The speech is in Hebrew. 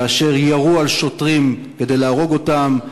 כאשר ירו על שוטרים כדי להרוג אותם,